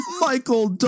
Michael